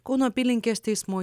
kauno apylinkės teismo